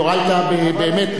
שהואלת באמת,